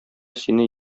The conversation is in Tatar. сине